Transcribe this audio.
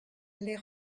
les